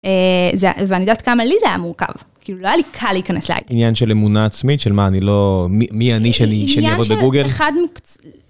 ואני יודעת כמה לי זה היה מורכב, כאילו לא היה לי קל להיכנס להאג. עניין של אמונה עצמית, של מה אני לא, מי אני שאני אעבוד בגוגל?